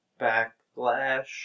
Backlash